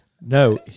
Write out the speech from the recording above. No